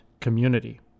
community